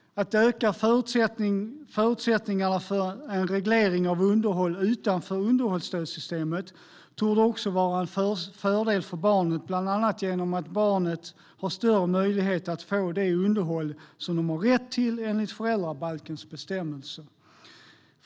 Att öka förutsättningarna för en reglering av underhåll utanför underhållsstödssystemet torde också vara till fördel för barnet, bland annat genom att barnet har större möjlighet att få det underhåll som det har rätt till enligt föräldrabalkens bestämmelser.